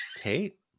Kate